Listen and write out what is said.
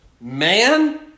man